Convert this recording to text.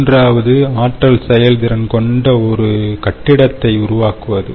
மூன்றாவது ஆற்றல் செயல்திறன் கொண்ட ஒரு கட்டடத்தை உருவாக்குவது